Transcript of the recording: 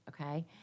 Okay